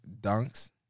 dunks